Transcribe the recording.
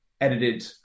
edited